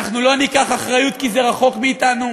אנחנו לא ניקח אחריות, כי זה רחוק מאתנו.